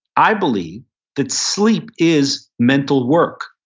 i believe that sleep is mental work.